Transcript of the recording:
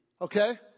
Okay